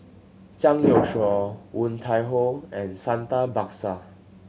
Zhang Youshuo Woon Tai Ho and Santha Bhaskar